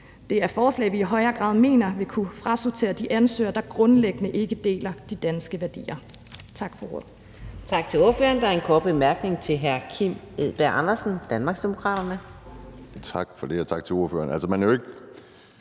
Det er forslag, vi i højere grad mener vil kunne frasortere de ansøgere, der grundlæggende ikke deler de danske værdier. Tak for ordet.